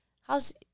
how's